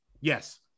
Yes